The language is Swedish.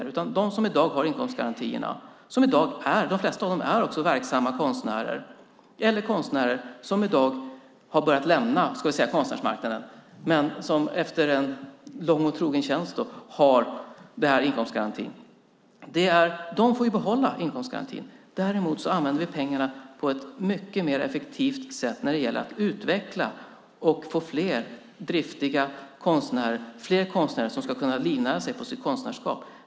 De flesta av dem som i dag har inkomstgaranti är verksamma konstnärer eller konstnärer som har börjat lämna konstnärsmarknaden och som efter lång och trogen tjänst har fått denna inkomstgaranti. De får behålla inkomstgarantin. Däremot använder vi pengarna på ett mycket mer effektivt sätt när det gäller att utveckla och få fler driftiga konstnärer som ska kunna livnära sig på sitt konstnärskap.